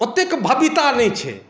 ओतेक भव्यता नहि छै